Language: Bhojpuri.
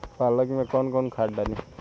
पालक में कौन खाद डाली?